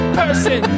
person